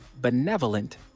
benevolent